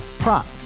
Prop